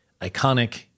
iconic